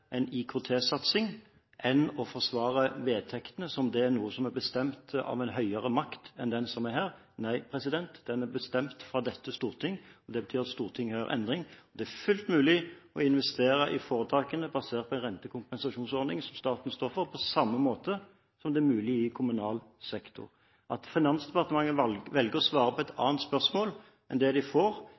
en er villig til å gjøre noen vedtektsendringer. For opposisjonen er det viktigere å få til en IKT-satsing enn å forsvare vedtektene, som om det er noe som er bestemt av en høyere makt enn den som er her. Nei, det er bestemt av dette storting. Det betyr at Stortinget kan gjøre endring. Det er fullt mulig å investere i foretakene basert på en rentekompensasjonsordning som staten står for, på samme måte som det er mulig i kommunal sektor. At Finansdepartementet velger å svare